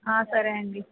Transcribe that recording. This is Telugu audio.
సరే అండీ